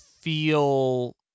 feel